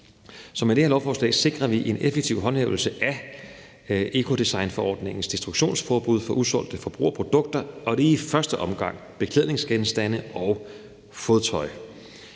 Med det her lovforslag sikrer vi en effektiv håndhævelse af ecodesignforordningens destruktionsforbud for usolgte forbrugerprodukter. Det er i første omgang beklædningsgenstande og fodtøj.